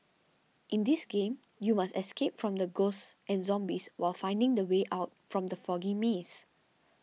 in this game you must escape from the ghosts and zombies while finding the way out from the foggy maze